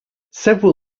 several